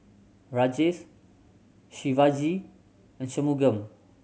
Rajesh Shivaji and Shunmugam